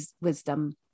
wisdom